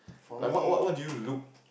like what what what do you look